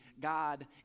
God